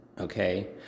okay